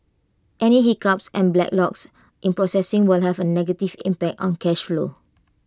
any hiccups and backlogs in processing will have A negative impact on cash flow